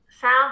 sound